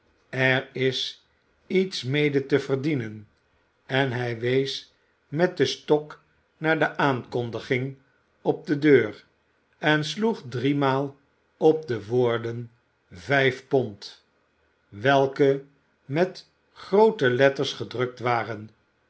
er is iets mede te verdienen en hij wees met den stok naar de aankondiging op de deur en sloeg driemaal op de woorden vijf pond welke met groote letters gedrukt waren